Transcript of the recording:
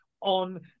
on